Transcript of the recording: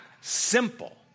simple